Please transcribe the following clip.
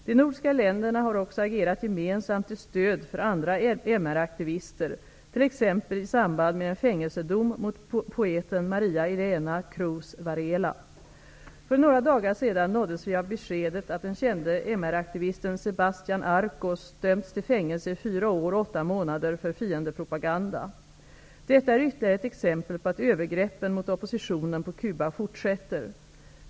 De nordiska länderna har också agerat gemensamt till stöd för andra MR aktivister, t.ex. i samband med en fängelsedom mot poeten Maria Elena Cruz Varela. För några dagar sedan nåddes vi av beskedet att den kände MR aktivisten Sebastian Arcos dömts till fängelse i fyra år och åtta månader för ''fiendepropaganda''. Detta är ytterligare ett exempel på att övergreppen mot oppositionen på Cuba fortsätter.